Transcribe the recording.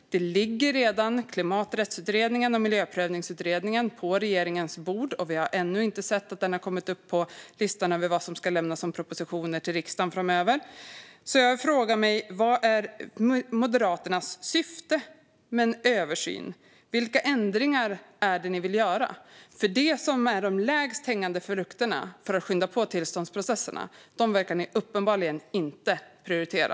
Klimaträttsutredningens och Miljöprövningsutredningens slutbetänkanden ligger redan på regeringens bord, men vi har ännu inte sett något om detta på listan över propositioner som ska lämnas till riksdagen framöver. Jag frågar därför: Vad är Moderaternas syfte med en översyn? Vilka ändringar vill ni göra? Det som är de lägst hängande frukterna för att skynda på tillståndsprocesserna verkar ni uppenbarligen inte prioritera.